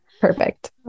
Perfect